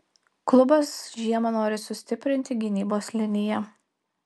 klubas žiemą nori sustiprinti gynybos liniją